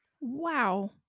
Wow